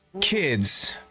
kids